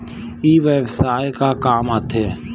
ई व्यवसाय का काम आथे?